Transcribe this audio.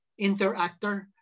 interactor